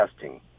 testing